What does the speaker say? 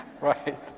Right